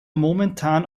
momentan